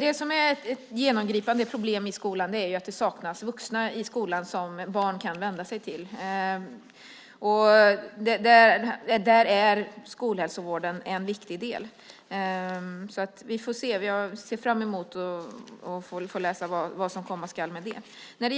Fru talman! Det är ett genomgripande problem i skolan att det saknas vuxna som barn kan vända sig till. Där är skolhälsovården en viktig del. Vi får se. Vi ser fram emot att få läsa vad som komma skall. Jag har